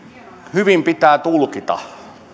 hyvin pitää tulkita